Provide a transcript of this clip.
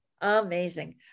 Amazing